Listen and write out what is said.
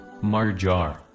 Marjar